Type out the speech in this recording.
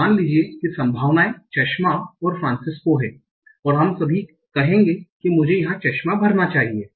और मान लीजिए कि संभावनाएं चश्मा और फ्रांसिस्को हैं और हम सभी कहेंगे कि मुझे यहां चश्मा भरना चाहिए